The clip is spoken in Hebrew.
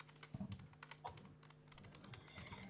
בבקשה.